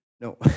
No